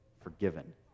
forgiven